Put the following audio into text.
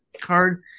card